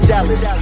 Dallas